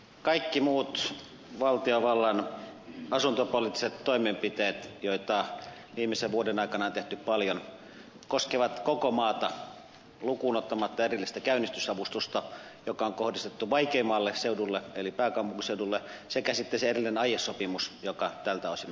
kaikki muut valtiovallan asuntopoliittiset toimenpiteet joita viimeisen vuoden aikana on tehty paljon koskevat koko maata lukuun ottamatta erillistä käynnistysavustusta joka on kohdistettu vaikeimmalle seudulle eli pääkaupunkiseudulle sekä sitten sitä erillistä aiesopimusta joka tältä osin on tehty